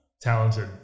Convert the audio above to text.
Talented